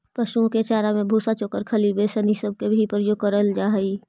पशुओं के चारा में भूसा, चोकर, खली, बेसन ई सब के भी प्रयोग कयल जा हई